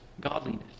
godliness